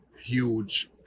huge